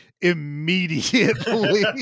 immediately